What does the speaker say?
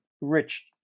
rich